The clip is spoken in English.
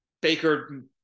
Baker